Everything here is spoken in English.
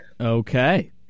Okay